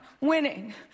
winning